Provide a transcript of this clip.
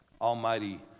almighty